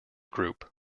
group